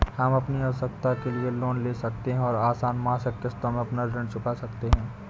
हम अपनी आवश्कता के लिए लोन ले सकते है और आसन मासिक किश्तों में अपना ऋण चुका सकते है